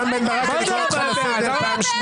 רם בן ברק, אני קורא אותך לסדר פעם שנייה.